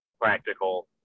practical